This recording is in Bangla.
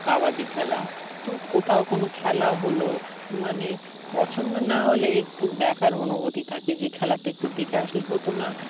কাবাডি খেলা তো কোথাও কোনো খেলা হলো মানে পছন্দ না হলে একটু দেখার অনুভূতি থাকে যে খেলাটা একটু দেখে আসলে হতো না